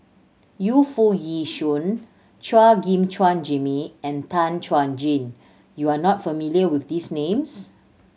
Yu Foo Yee Shoon Chua Gim Guan Jimmy and Tan Chuan Jin you are not familiar with these names